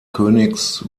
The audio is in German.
königs